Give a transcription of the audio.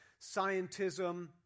Scientism